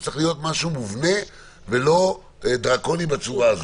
זה צריך להיות משהו מובנה ולא דרקוני בצורה הזאת.